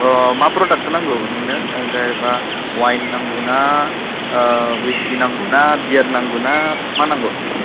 अ मा प्रदाक्टखौ नांगौ नोंनो जेनेबा वाइन नांगौ ना विसखि नांगौ ना बियार नांगौ ना मा नांगौ